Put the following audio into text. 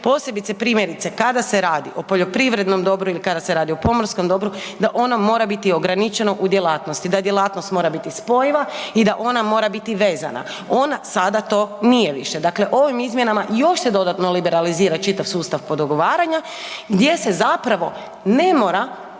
posebice primjerice kada se radi o poljoprivrednom dobru ili kada se radi o pomorskom dobru, da ono mora biti ograničeno u djelatnosti, da djelatnost mora biti spojiva i da ona mora biti vezana. Ona sada to nije više. Dakle ovim izmjenama još se dodatno liberalizira čitav sustav podugovaranja gdje se zapravo ne mora